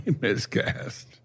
miscast